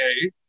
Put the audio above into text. okay